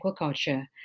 Aquaculture